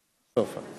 תודה,